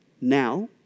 now